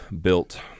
built